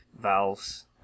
valves